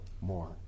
more